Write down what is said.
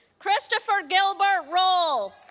christopher gilbert roll